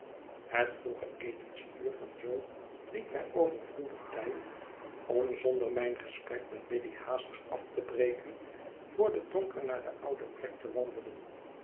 het vroege etensuur van jo liet mij overvloedig tijd om zonder mijn gesprek met biddy haastig af te breken voor den donker naar de oude plek te wandelen